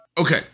Okay